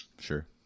sure